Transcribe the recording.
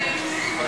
אני מבקשת להירשם.